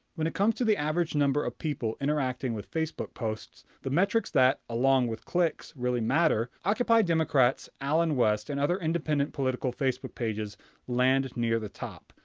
when it comes to the average number of people interacting with facebook posts, the metrics that, along with clicks, really matter, occupy democrats, allen west and other independent political facebook pages land near the top,